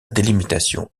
délimitation